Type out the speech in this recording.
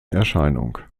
erscheinung